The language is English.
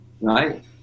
right